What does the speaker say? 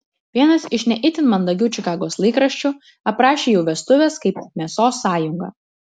vienas iš ne itin mandagių čikagos laikraščių aprašė jų vestuves kaip mėsos sąjungą